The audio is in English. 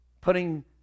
Putting